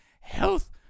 health